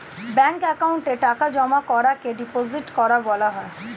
ব্যাঙ্কের অ্যাকাউন্টে টাকা জমা করাকে ডিপোজিট করা বলা হয়